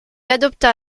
adopta